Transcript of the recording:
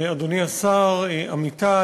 תודה רבה, אדוני השר, עמיתי,